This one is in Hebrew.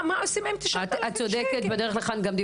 הוא קטן.